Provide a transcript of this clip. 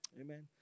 Amen